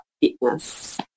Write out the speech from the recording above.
fitness